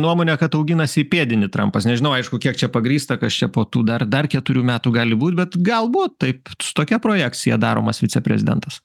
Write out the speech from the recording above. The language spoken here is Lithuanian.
nuomone kad auginasi įpėdinį trampas nežinau aišku kiek čia pagrįsta kas čia po tų dar dar keturių metų gali būt bet galbūt taip tokia projekcija daromas viceprezidentas